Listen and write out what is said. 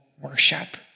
worship